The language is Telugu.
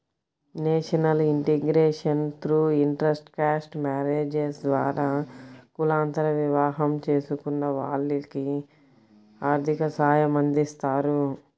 national integration through intercaste marriages ద్వారా కులాంతర వివాహం చేసుకున్న వాళ్లకి ఆర్థిక సాయమందిస్తారు